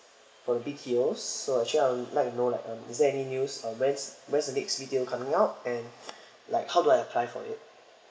for B_T_O so actually I'd like to know like um is there any news um where's where's the next B_T_O coming out and like how do I apply for it